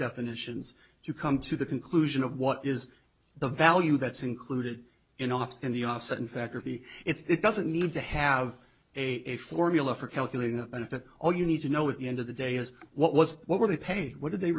definitions to come to the conclusion of what is the value that's included in office and the offset in factor b it's doesn't need to have a formula for calculating a benefit all you need to know the end of the day is what was what were they paid what did they